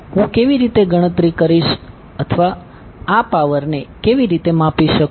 હું કેવી રીતે ગણતરી કરીશ અથવા આ પાવરને કેવી રીતે માપી શકું